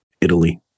Italy